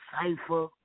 cipher